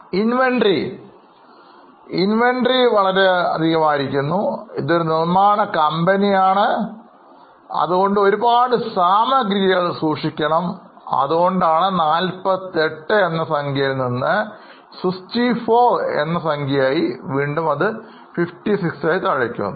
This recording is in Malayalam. Inventory ധാരാളം ആയിരിക്കുന്നു കാരണം ഇതൊരു നിർമ്മാണകമ്പനി ആയതിനാൽ ഒരുപാട് സാമഗ്രികൾ സൂക്ഷിക്കേണ്ടതുണ്ട് അതിനാൽ 48 നിന്നും 64 ആയി ഉയർന്നു വീണ്ടും അത് 56 ആയി കുറഞ്ഞു